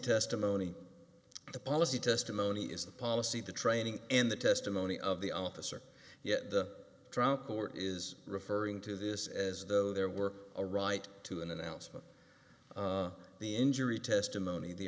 testimony the policy testimony is the policy the training and the testimony of the officer yet the drum corps is referring to this as though there were a right to an announcement the injury testimony